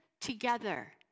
together